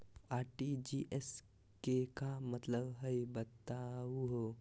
RTGS के का मतलब हई, बताहु हो?